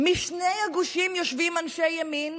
בשני הגושים יושבים אנשי הימין,